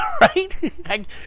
right